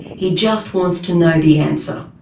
he just wants to know the answer.